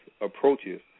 approaches